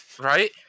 Right